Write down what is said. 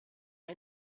die